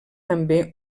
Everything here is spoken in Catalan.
també